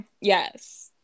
yes